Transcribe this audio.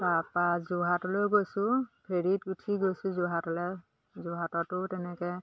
তাৰপৰা যোৰহাটলৈও গৈছোঁ ফেৰীত উঠি গৈছোঁ যোৰহাটলৈ যোৰহাটতো তেনেকৈ